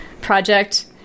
project